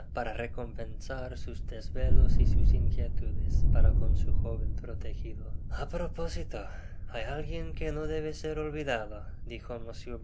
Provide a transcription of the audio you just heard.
para recompensar sus desvelos y sus inquietudes para con su joven protegido a propósito hay a'guien que no debe ser olvidado dijo mr